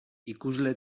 ikusle